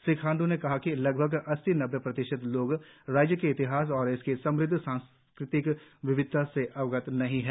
श्री खाण्ड्र ने कहा कि लगभग अस्सी नब्बे प्रतिशत लोग राज्य के इतिहास और इसकी समृद्ध सांस्कृतिक विविधता से अवगत नहीं है